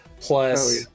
plus